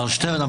מר שטרן,